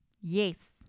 Yes